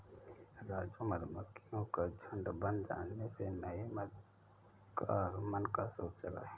राजू मधुमक्खियों का झुंड बन जाने से नए मधु का आगमन का सूचक है